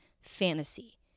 fantasy